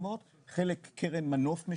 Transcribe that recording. קרן מנוף,